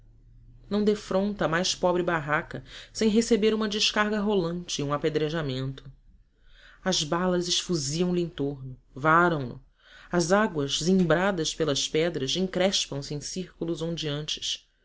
não defronta a mais pobre barraca sem receber uma descarga rolante e um apedrejamento as balas esfuziam lhe em torno varam no as águas zimbradas pelas pedras encrespam se em círculos ondeantes